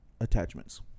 Attachments